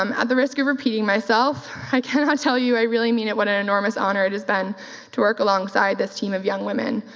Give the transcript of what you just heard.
um at the risk of repeating myself, i kind of cannot tell you, i really mean it, what an enormous honor it has been to work alongside this team of young women,